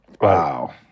Wow